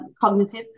cognitive